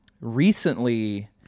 recently